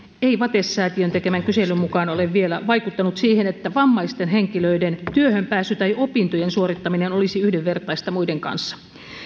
ei vates säätiön tekemän kyselyn mukaan ole vielä vaikuttanut siihen että vammaisten henkilöiden työhön pääsy tai opintojen suorittaminen olisi yhdenvertaista muiden kanssa